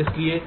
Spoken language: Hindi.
इसलिए